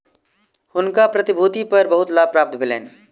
हुनका प्रतिभूति पर बहुत लाभ प्राप्त भेलैन